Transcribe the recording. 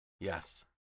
Yes